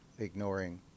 ignoring